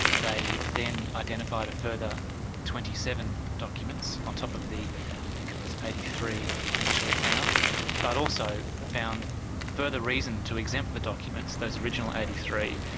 they then identified a further twenty seven documents on top of the i think it was eighty three initially found but also found further reason to exempt the documents, those original eighty three